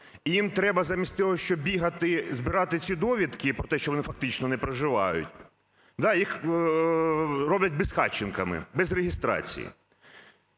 їм треба замість того, щоб бігати й збирати ці довідки про те, що вони фактично не проживають, да, їх роблять безхатченками, без реєстрації.